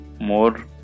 more